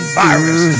virus